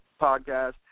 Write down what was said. podcast